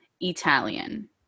Italian